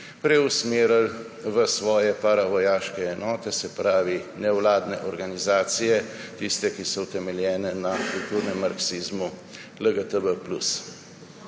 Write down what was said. preusmerili v svoje paravojaške enote, se pravi nevladne organizacije, tiste, ki so utemeljene na kulturnem marksizmu LGTB +.